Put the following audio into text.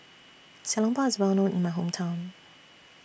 Xiao Long Bao IS Well known in My Hometown